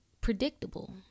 Predictable